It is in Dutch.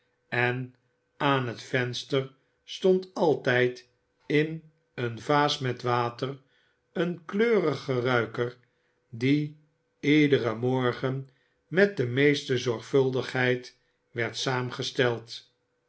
en aan het venster stond altijd in eene vaas met water een keurige ruiker die iederen morgen met de meeste zorgvuldigheid werd saamgesteld